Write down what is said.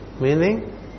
meaning